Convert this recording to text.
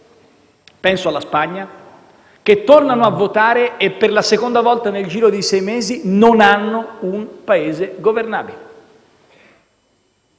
penso alla Spagna, che tornano a votare e per la seconda volta nel giro di sei mesi non hanno un Paese governabile.